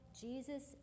Jesus